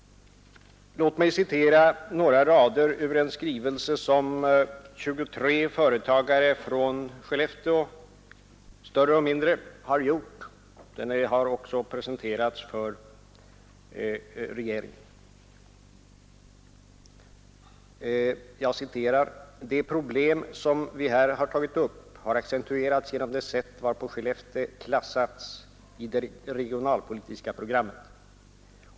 Låt mig citera några rader ur en skrivelse från 23 företagare, större och mindre, i Skellefteå. Den har också presenterats för regeringen. ”De problem som vi här tagit upp har accentuerats genom det sätt varpå Skellefteå klassats i det regionalpolitiska programmet.